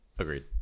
Agreed